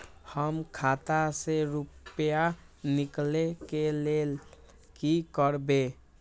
हम खाता से रुपया निकले के लेल की करबे?